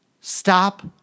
Stop